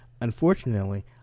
unfortunately